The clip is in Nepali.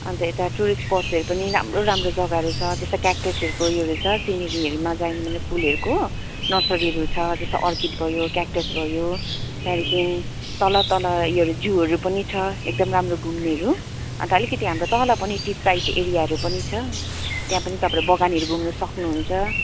अन्त यता टुरिस्ट स्पटहरू पनि राम्रो राम्रो जग्गाहरू छ जस्तो क्याक्टस हिलको योहरू छ सिनेरीहरू मजा यिनी फुलहरूको नर्सरीहरू छ जस्तो अर्किड भयो क्याक्टस भयो त्यहाँदेखि तल तल योहरू जुहरू पनि छ एकदम राम्रो घुम्नेहरू अन्त अलिकति हाम्रो तल पनि टी साइड एरियाहरू पनि छ त्यहाँ पनि तपाईँहरू बगानहरू घुम्न सक्नुहुन्छ